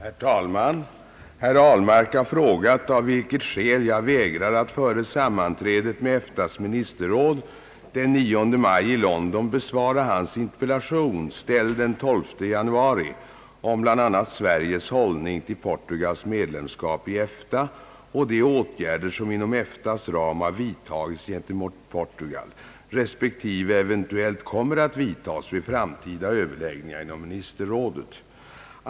Herr talman! Herr Ahlmark har frågat av vilket skäl jag vägrar att före sammanträdet med EFTA:s ministerråd den 9 maj i Londen besvara hans interpellation, ställd den 12 januari, om bl.a. Sveriges hållning till Portugals medlemskap i EFTA och de åtgärder som inom EFTA:s ram har vidtagits gentemot Portugal resp. eventuellt kommer att vidtas vid framtida överläggningar inom ministerrådet.